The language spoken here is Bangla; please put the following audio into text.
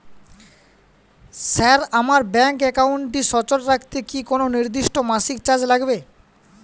স্যার আমার ব্যাঙ্ক একাউন্টটি সচল রাখতে কি কোনো নির্দিষ্ট মাসিক চার্জ লাগবে?